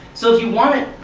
so if you want to